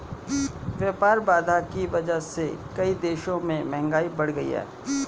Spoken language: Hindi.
व्यापार बाधा की वजह से कई देशों में महंगाई बढ़ गयी है